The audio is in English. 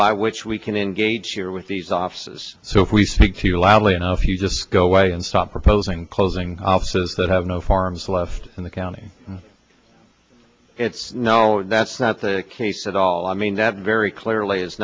by which we can engage here with these offices so if we speak too loudly enough you just go away and stop proposing closing offices that have no farms left in the county it's no that's not the case at all i mean that very clearly is